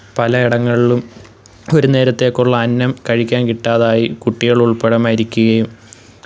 പല ഇടങ്ങളിലും ഒരു നേരത്തേക്കുള്ള അന്നം കഴിക്കാന് കിട്ടാതായി കുട്ടികള് ഉൾപ്പെടെ മരിക്കുകയും